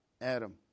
Adam